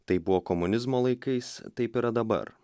tai buvo komunizmo laikais taip yra dabar